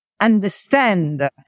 understand